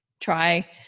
try